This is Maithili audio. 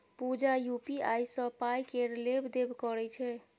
पुजा यु.पी.आइ सँ पाइ केर लेब देब करय छै